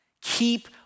Keep